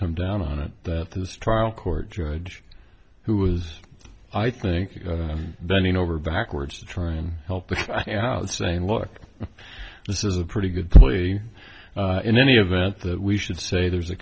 come down on it that this trial court judge who was i think bending over backwards to try and help out saying look this is a pretty good plea in any event that we should say there